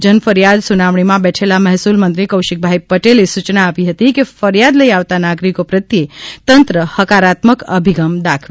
જન ફરિયાદ સુનાવણીમાં બેઠેલા મહેસુલ મંત્રી કૌશિકભાઈ પટેલે સુચના આપી હતી કે ફરિયાદ લઇ આવતા નાગરિકો પ્રત્યે તંત્ર હકારાત્મક અભિગમ દાખવે